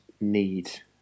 need